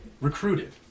recruited